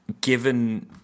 given